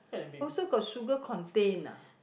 also got sugar contained ah